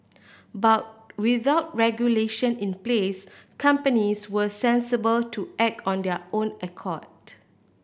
but without regulation in place companies were sensible to act on their own accord